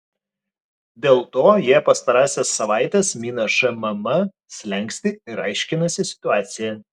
dėl to jie pastarąsias savaites mina šmm slenkstį ir aiškinasi situaciją